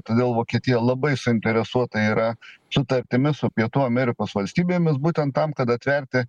todėl vokietija labai suinteresuota yra sutartimis su pietų amerikos valstybėmis būtent tam kad atverti